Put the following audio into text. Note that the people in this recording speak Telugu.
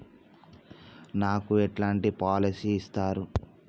నాకు ఎలాంటి పాలసీ ఇస్తారు?